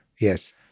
Yes